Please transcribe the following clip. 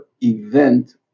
event